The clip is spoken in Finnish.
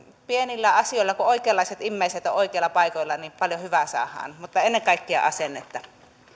pienillä asioilla kun oikeanlaiset immeiset ovat oikeilla paikoilla paljon hyvää saadaan vaan ennen kaikkea asennetta